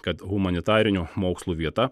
kad humanitarinių mokslų vieta